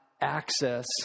access